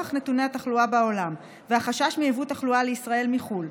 נוכח נתוני התחלואה בעולם והחשש מיבוא תחלואה לישראל מחו"ל,